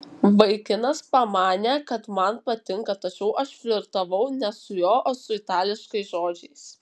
vaikinas pamanė kad man patinka tačiau aš flirtavau ne su juo o su itališkais žodžiais